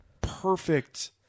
perfect